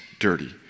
Dirty